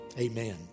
Amen